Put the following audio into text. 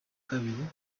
kabiri